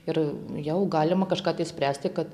ir jau galima kažką tai spręsti kad